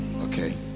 Okay